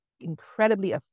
incredibly